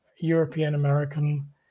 European-American